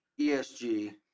ESG